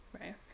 right